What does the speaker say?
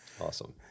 Awesome